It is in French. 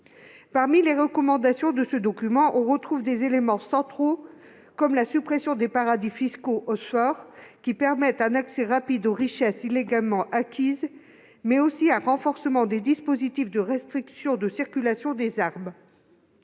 Parmi les recommandations de ce document, on retrouve des éléments centraux, comme la suppression des paradis fiscaux, qui permettent un accès rapide aux richesses illégalement acquises, mais aussi un renforcement des dispositifs de restriction de circulation des armes.